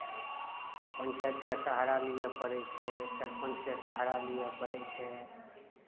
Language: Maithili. पञ्चायतके सहारा लिअ पड़ै छै सरपञ्चके सहारा लिअ पड़ै छै